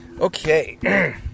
Okay